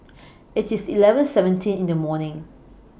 IT IS eleven seventeen in The evening